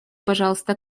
пожалуйста